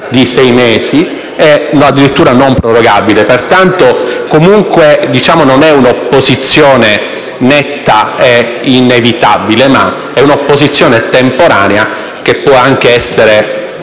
di sei mesi, addirittura non prorogabile. Pertanto, non è un'opposizione netta e inevitabile, ma è un'opposizione temporanea che può anche essere